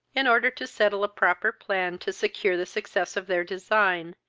in order to settle a proper plan to secure the success of their design,